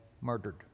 murdered